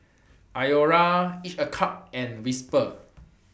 Iora Each A Cup and Whisper